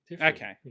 Okay